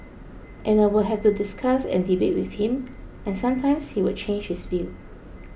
and I would have to discuss and debate with him and sometimes he would change his view